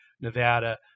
Nevada